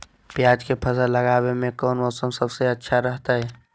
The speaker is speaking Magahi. प्याज के फसल लगावे में कौन मौसम सबसे अच्छा रहतय?